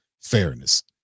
fairness